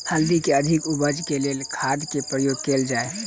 हल्दी केँ अधिक उपज केँ लेल केँ खाद केँ प्रयोग कैल जाय?